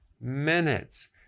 minutes